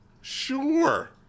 Sure